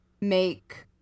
make